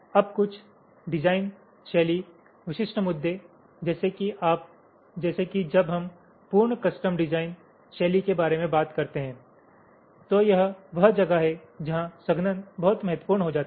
अब कुछ डिज़ाइन शैली विशिष्ट मुद्दे जैसे कि जब हम पूर्ण कस्टम डिज़ाइन शैली के बारे में बात करते हैं तो यह वह जगह है जहाँ संघनन बहुत महत्वपूर्ण हो जाता है